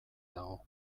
dago